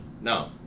No